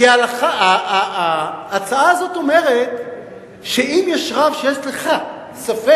כי ההצעה הזאת אומרת שאם יש רב שיש לך ספק,